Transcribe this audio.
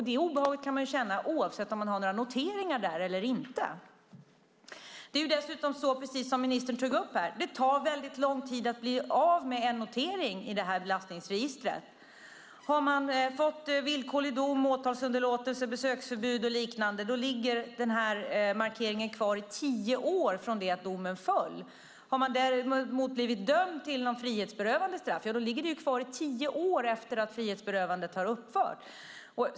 Det obehaget kan man känna oavsett om där finns några noteringar eller inte. Precis som ministern tog upp tar det lång tid att bli av med en notering i belastningsregistret. Har man fått villkorlig dom, åtalsunderlåtelse, besöksförbud och liknande ligger markeringen kvar i tio år från det att domen föll. Har man blivit dömd till ett frihetsberövande straff ligger markeringen kvar i tio år efter att frihetsberövandet upphört.